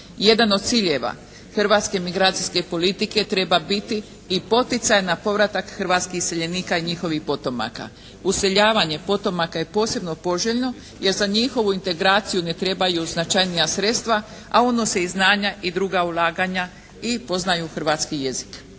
Jedan od ciljeva hrvatske migracijske politike treba biti i poticaj na povratak hrvatskih iseljenika i njihovih potomaka. Useljavanje potomaka je posebno poželjno jer za njihovu integraciju ne trebaju značajnija sredstva, a unose znanja i druga ulaganja i poznaju hrvatski jezik.